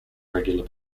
regular